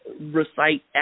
recite